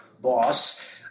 boss